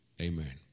amen